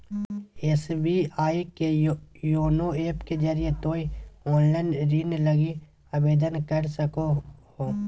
SBI के YONO app के जरिए तोय ऑनलाइन ऋण लगी आवेदन कर सको हो